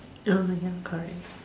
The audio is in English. oh my God correct